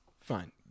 fine